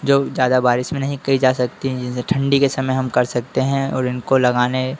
जो ज़्यादा बारिश में नहीं की जा सकती हैं जिसे ठंडी के समय हम कर सकते हैं और इनको लगाने